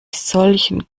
solchen